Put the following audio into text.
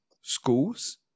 schools